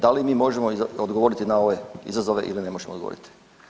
Da li mi možemo odgovoriti na ove izazove ili ne možemo odgovoriti?